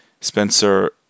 Spencer